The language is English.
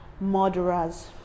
murderers